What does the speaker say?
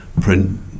print